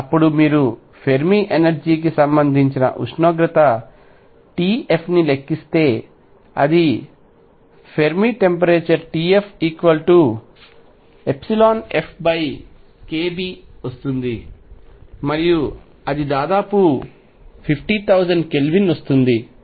అప్పుడు మీరు Fermi energy కి సంబంధించిన ఉష్ణోగ్రతTF ని లెక్కిస్తే అది TFFkB వస్తుంది మరియు అది దాదాపు 50000 కెల్విన్ వస్తుంది